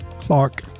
Clark